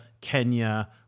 Kenya